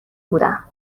بودم